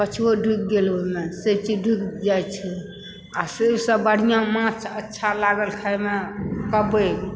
कछुओ ढुकि गेल ओइ मे से चीज ढुकि जाइ छै आ से सभ बढ़िया माछ अच्छा लागल खाइमऽ कबै